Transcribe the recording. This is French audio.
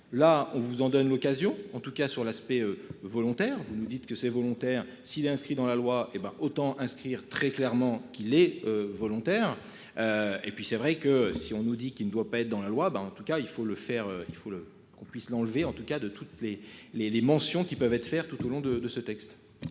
là on vous en donne l'occasion en tout cas sur l'aspect volontaire, vous nous dites que c'est volontaire. S'il est inscrit dans la loi et ben autant inscrire très clairement qu'il est volontaire. Et puis c'est vrai que si on nous dit qu'il ne doit pas être dans la loi. Ben en tout cas il faut le faire, il faut le qu'on puisse l'enlever. En tout cas de toutes. Et les les mentions qui peuvent être faire tout au long de de ce texte.